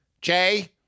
Jay